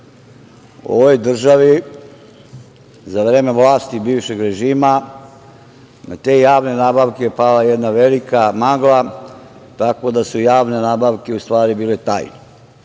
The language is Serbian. U ovoj državi za vreme vlasti bivšeg režima, na te javne nabavke, pala je jedna velika magla tako da su javne nabavke u stvari bile tajna. Đilas